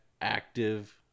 active